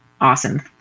awesome